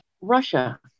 Russia